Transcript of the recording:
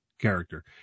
character